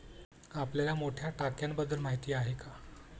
आपल्याला मोठ्या टाक्यांबद्दल माहिती आहे का?